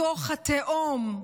מתוך התהום,